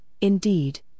indeed